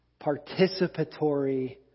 participatory